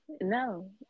no